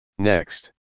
Next